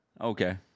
Okay